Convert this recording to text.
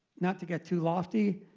not to get too lofty,